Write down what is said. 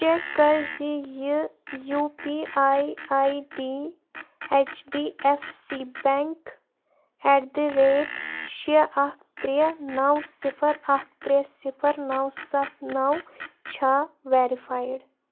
check کَر زِ یہِ U P I I D H D F C bank at the rate شےٚ اَکھ ترٛےٚ نَو صِفَر اَکھ ترٛےٚ صِفَر نَو سَتھ نَو چھا ویرِفایِڈ